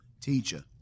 teacher